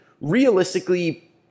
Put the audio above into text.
realistically